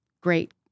great